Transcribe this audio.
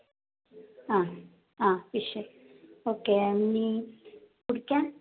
ആ ആ fish okay മീൻ കുടിക്കാൻ